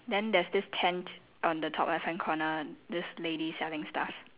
then there's this tent on the top left hand corner this lady selling stuff